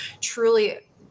truly